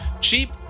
cheap